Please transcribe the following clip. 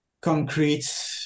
concrete